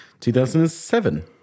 2007